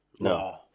No